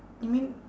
you mean